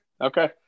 okay